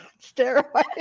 steroids